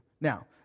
Now